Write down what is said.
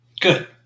Good